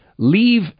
Leave